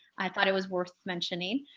i thought it was worth mentioning.